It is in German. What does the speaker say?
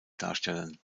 darstellen